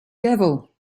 devil